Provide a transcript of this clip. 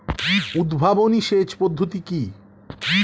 উদ্ভাবনী সেচ পদ্ধতি কি?